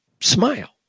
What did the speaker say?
smile